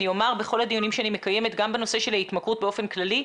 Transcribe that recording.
בכל הדיונים שאני מקיימת גם בנושא של ההתמכרות באופן כללי.